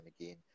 again